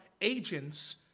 agents